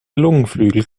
lungenflügel